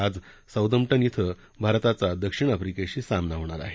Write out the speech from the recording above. आज साऊदम्पटन श्वे भारताचा दक्षिण आफ्रिकेशी सामना होणार आहे